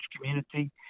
community